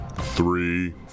three